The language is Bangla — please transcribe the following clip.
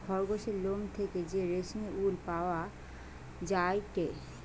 খরগোসের লোম থেকে যে রেশমি উল পাওয়া যায়টে